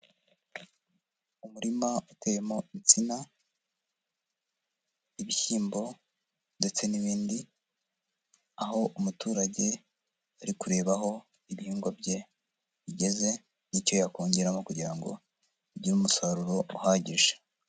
Umurima uteyemo insina, ibishyimbo ndetse n'ibindi, aho umuturage ari kureba aho ibihingwa bye bigeze n'icyo yakongeramo kugira ngo bigire umusaruro uhagije.